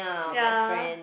ya